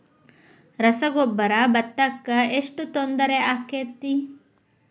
ರಸಗೊಬ್ಬರ, ಭತ್ತಕ್ಕ ಎಷ್ಟ ತೊಂದರೆ ಆಕ್ಕೆತಿ?